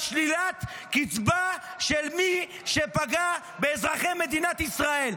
שלילת קצבה של מי שפגע באזרחי מדינת ישראל.